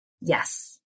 Yes